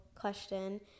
question